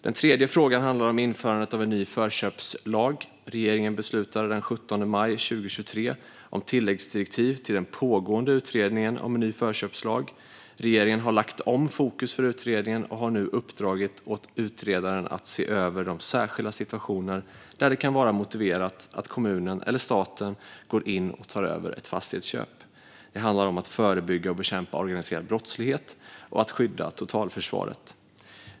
Den tredje frågan handlar om införandet av en ny förköpslag. Regeringen beslutade den 17 maj 2023 om tilläggsdirektiv till den pågående utredningen om en ny förköpslag. Regeringen har lagt om fokus för utredningen och har nu uppdragit åt utredaren att se över de särskilda situationer där det kan vara motiverat att kommunen eller staten går in och tar över ett fastighetsköp. Det handlar om att förebygga och bekämpa organiserad brottslighet och att skydda totalförsvaret.